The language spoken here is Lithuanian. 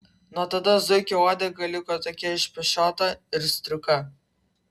nuo tada zuikio uodega liko tokia išpešiota ir striuka